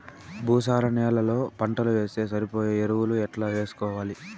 భూసార నేలలో పంటలు వేస్తే సరిపోయే ఎరువులు ఎట్లా వేసుకోవాలి?